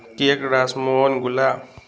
cake ꯔꯥꯁ ꯃꯣꯍꯣꯟ ꯒꯨꯂꯥ